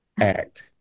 act